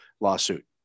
lawsuit